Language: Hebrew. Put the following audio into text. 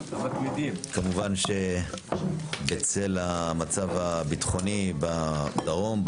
כמובן שבצל המצב הביטחוני בדרום,